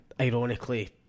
ironically